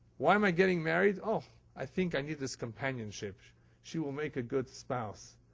why am i getting married? oh, i think i need this companionship she will make a good spouse.